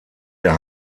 der